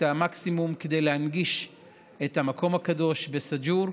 המקסימום כדי להנגיש את המקום הקדוש בסאג'ור.